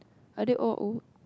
are they all old